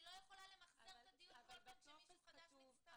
אני לא יכולה למחזר את הדיון כל פעם שמישהו חדש מצטרף.